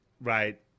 right